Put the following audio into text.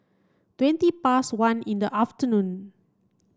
twenty past one in the afternoon